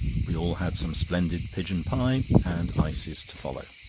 we all had some splendid pigeon pie, and ices to follow.